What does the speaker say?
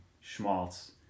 Schmaltz